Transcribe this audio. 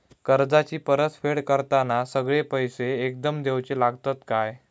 कर्जाची परत फेड करताना सगळे पैसे एकदम देवचे लागतत काय?